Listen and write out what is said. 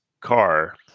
car